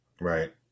right